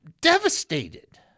devastated